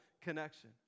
connection